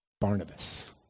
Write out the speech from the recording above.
Barnabas